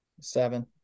seven